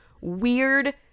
weird